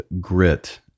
grit